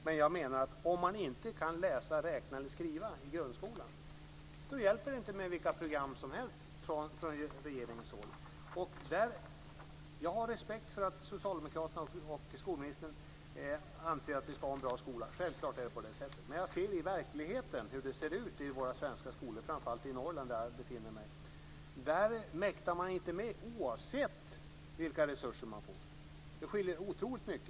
Men jag menar att om man inte kan läsa, räkna eller skriva i grundskolan hjälper det inte med några som helst program från regeringshåll. Jag har självfallet respekt för att Socialdemokraterna och skolministern anser att vi ska ha en bra skola, men jag ser ju hur det i verkligheten ser ut i våra svenska skolor - framför allt i Norrland där jag befinner mig. Där mäktar man inte med, oavsett vilka resurser man får. Det skiljer otroligt mycket.